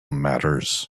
matters